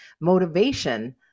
motivation